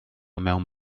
mewn